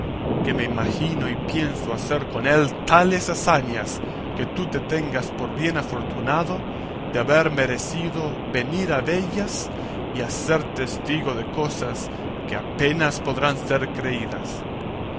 que me imagino y pienso hacer con él tales hazañas que tú te tengas por bien afortunado de haber merecido venir a vellas y a ser testigo de cosas que apenas podrán ser creídas